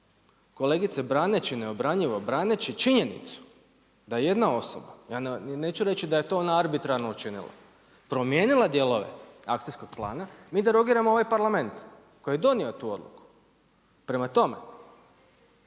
Kolegice braneći neobranjivo, braneći činjenicu da jedna osoba, ja neću reći da je to ona arbitrarno učinila, promijenila dijelove akcijskog plana mi derogiramo ovaj Parlament koji je donio tu odluku. Prema tome